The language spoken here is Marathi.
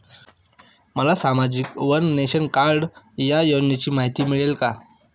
मला सामाजिक वन नेशन, वन कार्ड या योजनेची माहिती मिळेल का?